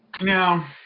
Now